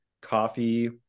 coffee